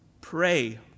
pray